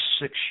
six